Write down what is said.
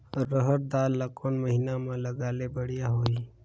रहर दाल ला कोन महीना म लगाले बढ़िया होही?